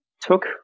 took